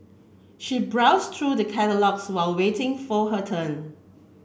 she browsed through the catalogues while waiting for her turn